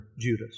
Judas